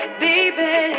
baby